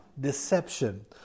deception